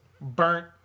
Burnt